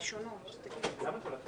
הצבעה בעד,